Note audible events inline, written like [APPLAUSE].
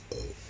[NOISE]